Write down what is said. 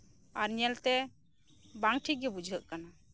ᱟᱨ ᱧᱮᱞᱛᱮ ᱵᱟᱝ ᱴᱷᱤᱠ ᱜᱮ ᱵᱩᱡᱷᱟᱹᱜ ᱠᱟᱱᱟ